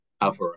Alpha